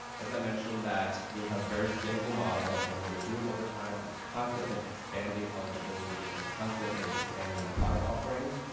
as i mentioned, we have a very scalable model. and what we're doing over time is constantly expanding eligibility and constantly expanding our product offerings.